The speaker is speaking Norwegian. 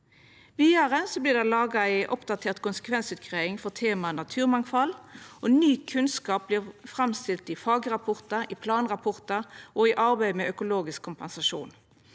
Vidare vert det laga ei oppdatert konsekvensutgreiing for temaet naturmangfald, og ny kunnskap vert framstilt i fagrapportar, planrapportar og i arbeidet med økologisk kompensasjon.